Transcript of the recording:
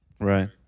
Right